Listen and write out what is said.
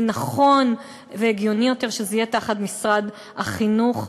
נכון והגיוני יותר שזה יהיה תחת משרד החינוך.